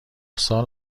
سال